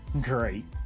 Great